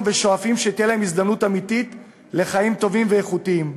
ושואפים שתהיה להם הזדמנות אמיתית לחיים טובים ואיכותיים.